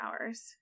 hours